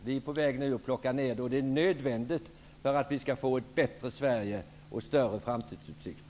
Vi håller nu på att sänka det, och det är nödvändigt för att vi skall få ett bättre Sverige och större framtidsutsikter.